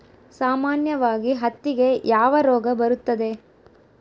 ಸಾಮಾನ್ಯವಾಗಿ ಹತ್ತಿಗೆ ಯಾವ ರೋಗ ಬರುತ್ತದೆ?